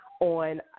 On